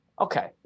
Okay